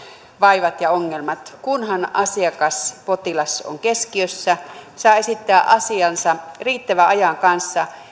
vaivat ja ongelmat kunhan asiakas potilas on keskiössä ja saa esittää asiansa riittävän ajan kanssa